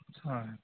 ᱦᱮᱸ